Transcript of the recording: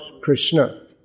Krishna